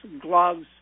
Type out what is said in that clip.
gloves